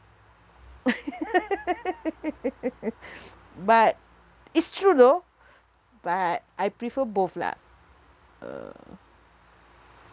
but it's true though but I prefer both lah err